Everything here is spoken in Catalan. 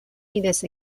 mides